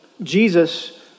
Jesus